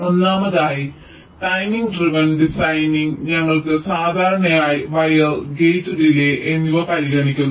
ഒന്നാമതായി timing driven ഡിസൈനിൽ ഞങ്ങൾ സാധാരണയായി വയർ ഗേറ്റ് ഡിലേയ് എന്നിവ പരിഗണിക്കുന്നു